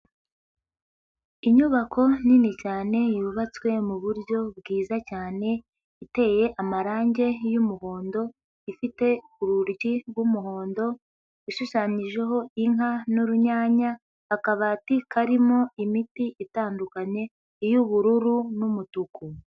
Inyubako nini cyane yubatswe mu buryo bwiza cyane iteye amarange y'umuhondo, ifite urugi rw'umuhondo, ishushanyijeho inka n'urunyanya, akabati karimo imiti itandukanye; iy'ubururu n'umutuku.